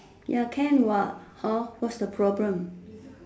ya can what what's the problem